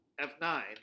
f9